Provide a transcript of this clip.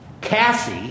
Cassie